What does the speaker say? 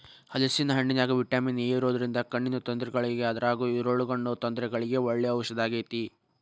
ಹಲೇಸಿನ ಹಣ್ಣಿನ್ಯಾಗ vitamin A ಇರೋದ್ರಿಂದ ಕಣ್ಣಿನ ತೊಂದರೆಗಳಿಗೆ ಅದ್ರಗೂ ಇರುಳುಗಣ್ಣು ತೊಂದರೆಗಳಿಗೆ ಒಳ್ಳೆ ಔಷದಾಗೇತಿ